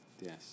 Yes